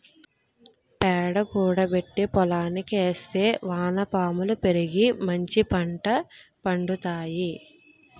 పేడ కూడబెట్టి పోలంకి ఏస్తే వానపాములు పెరిగి మంచిపంట పండుతాయి